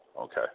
Okay